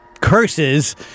Curses